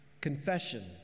Confession